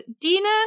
dina